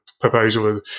proposal